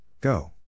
go